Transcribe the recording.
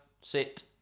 sit